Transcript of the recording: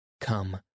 Come